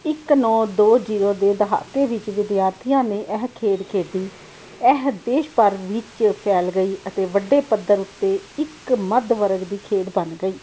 ਇੱਕ ਨੌਂ ਦੋ ਜੀਰੋ ਦੇ ਦਹਾਕੇ ਵਿੱਚ ਵਿਦਿਆਰਥੀਆਂ ਨੇ ਇਹ ਖੇਡ ਖੇਡੀ ਇਹ ਦੇਸ਼ ਭਰ ਵਿੱਚ ਫੈਲ ਗਈ ਅਤੇ ਵੱਡੇ ਪੱਧਰ ਉੱਤੇ ਇੱਕ ਮੱਧ ਵਰਗ ਦੀ ਖੇਡ ਬਣ ਗਈ